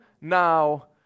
now